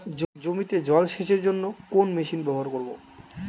জমিতে জল সেচের জন্য কোন মেশিন ব্যবহার করব?